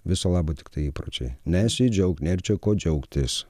viso labo tiktai įpročiai nesidžiauk nėr čia ko džiaugtis